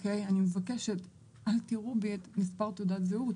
אני מבקשת אל תראו בי מספר תעודת זהות,